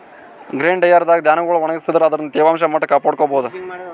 grain dryer ದಾಗ್ ಧಾನ್ಯಗೊಳ್ ಒಣಗಸಾದ್ರಿನ್ದ ಅದರ್ದ್ ತೇವಾಂಶ ಮಟ್ಟ್ ಕಾಪಾಡ್ಕೊಭೌದು